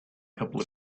couple